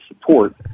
support